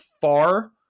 far